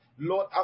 Lord